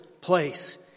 place